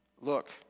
Look